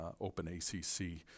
OpenACC